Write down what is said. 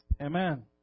Amen